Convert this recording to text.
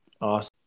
Awesome